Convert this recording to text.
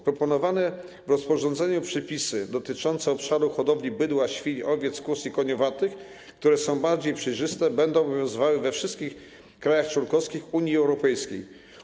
Proponowane w rozporządzeniu przepisy dotyczące obszaru hodowli bydła, świń, owiec, kóz i koniowatych, które są bardziej przejrzyste, będą obowiązywały we wszystkich krajach członkowskich Unii Europejskiej.